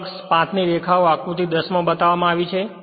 flux પાથની રેખાઓ આકૃતિ 10 માં બતાવવામાં આવી છે